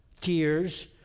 tears